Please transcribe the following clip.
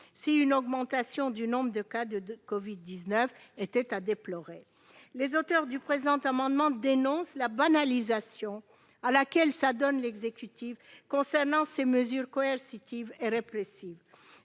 si une augmentation du nombre de cas de Covid-19 est à déplorer. Les auteurs du présent amendement dénoncent la banalisation à laquelle s'adonne l'exécutif s'agissant de mesures coercitives et répressives